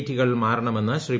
റ്റികൾ മാറണമെന്ന് ശ്രീ